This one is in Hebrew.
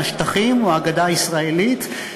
השטחים או הגדה הישראלית,